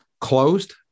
closed